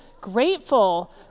grateful